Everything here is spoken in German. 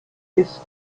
ist